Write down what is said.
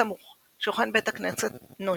בסמוך שוכן בית הכנסת נוז'יק,